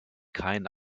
kein